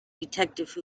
detective